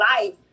life